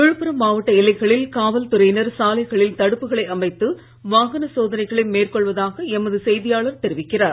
விழுப்புரம் மாவட்ட எல்லைகளில் காவல் துறையினர் சாலைகளில் தடுப்புகளை அமைத்து வாகள சோதனைகளை மேற்கொள்வதாக எமது செய்தியாளர் தெரிவிக்கிறார்